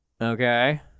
Okay